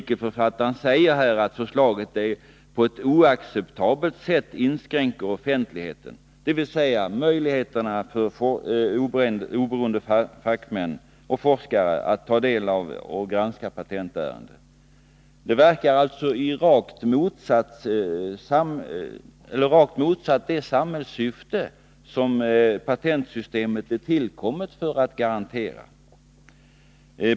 Han skriver: ”Förslaget inskränker på ett oacceptabelt sätt offentligheten, dvs möjligheterna för oberoende fackmän att ta del av och granska patentärenden.” Det verkar alltså i rakt motsatt riktning mot det samhällssyfte som patentsystemet skall garantera.